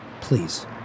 Please